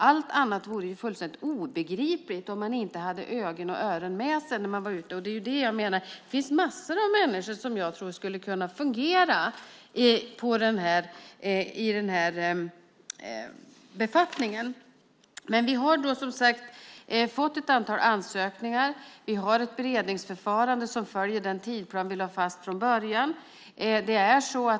Det vore fullständigt obegripligt att man inte hade ögon och öron med sig när man är ute. Det är det jag menar. Det finns massor av människor som skulle kunna fungera i den här befattningen. Vi har som sagt fått ett antal ansökningar, och vi har ett beredningsförfarande som följer den tidsplan som vi lade fast från början.